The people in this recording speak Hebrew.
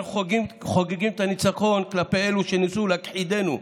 אנו חוגגים את הניצחון כלפי אלו שניסו להכחידנו,